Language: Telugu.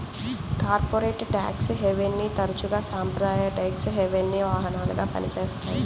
కార్పొరేట్ ట్యాక్స్ హెవెన్ని తరచుగా సాంప్రదాయ ట్యేక్స్ హెవెన్కి వాహనాలుగా పనిచేస్తాయి